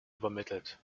übermittelt